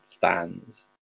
fans